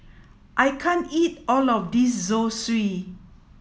I can't eat all of this Zosui